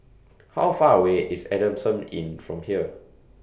How Far away IS Adamson Inn from here